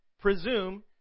presume